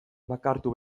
bakartu